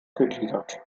gegliedert